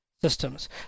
systems